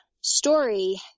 story